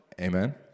amen